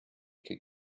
could